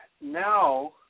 now